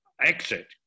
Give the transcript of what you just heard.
exit